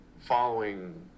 following